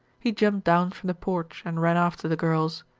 he jumped down from the porch and ran after the girls.